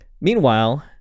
meanwhile